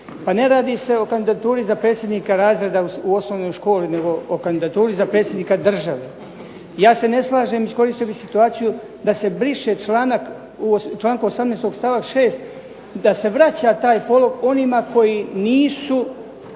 Pa ne radi se o kandidaturi za predsjednika razreda u osnovnoj školi nego o kandidaturi za predsjednika države. Ja se ne slažem, iskoristio bih situaciju, da se briše člankom 18. stavak 6. da se vraća taj polog onima koji nisu